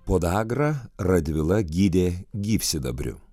podagrą radvila gydė gyvsidabriu